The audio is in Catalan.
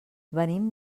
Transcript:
venim